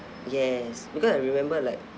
yes because I remember like